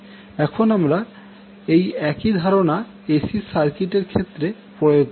এখন আমরা একই ধারণা এসি সার্কিটের ক্ষেত্রে প্রয়োগ করব